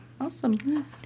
Awesome